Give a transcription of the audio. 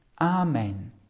Amen